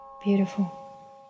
Beautiful